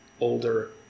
older